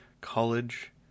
college